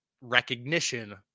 recognition